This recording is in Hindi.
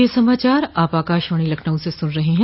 ब्रे क यह समाचार आप आकाशवाणी लखनऊ से सुन रहे हैं